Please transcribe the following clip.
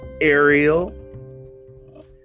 Ariel